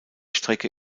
strecke